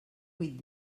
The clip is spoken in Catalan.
vuit